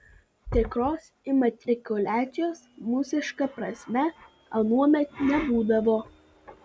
tikros imatrikuliacijos mūsiška prasme anuomet nebūdavo